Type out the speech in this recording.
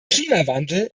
klimawandel